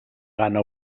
gana